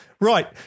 Right